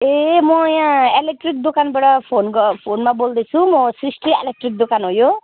ए म यहाँ एलेक्ट्रिक दोकानबाट फोन ग फोनमा बोल्दैछु मो सृष्टि एलेक्ट्रिक दोकान हो यो